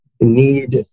need